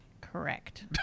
Correct